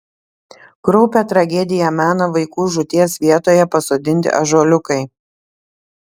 kraupią tragediją mena vaikų žūties vietoje pasodinti ąžuoliukai